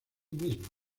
mismas